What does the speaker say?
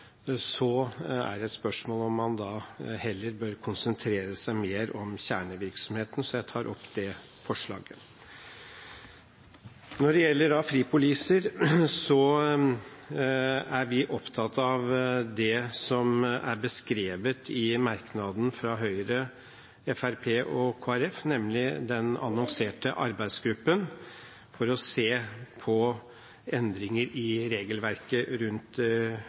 er det et spørsmål om man heller bør konsentrere seg mer om kjernevirksomheten. Jeg tar opp det forslaget. Når det gjelder fripoliser, er vi opptatt av det som er beskrevet i merknaden fra Høyre, Fremskrittspartiet og Kristelig Folkeparti, nemlig den annonserte arbeidsgruppen for å se på endringer i regelverket rundt